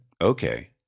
Okay